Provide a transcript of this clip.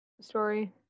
story